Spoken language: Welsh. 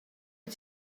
wyt